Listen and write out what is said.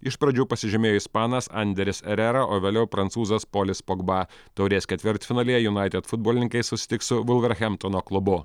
iš pradžių pasižymėjo ispanas anderis erera o vėliau prancūzas polis pogba taurės ketvirtfinalyje junaited futbolininkai susitiks su volverhemtono klubu